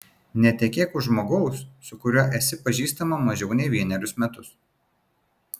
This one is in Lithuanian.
netekėk už žmogaus su kuriuo esi pažįstama mažiau nei vienerius metus